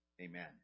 Amen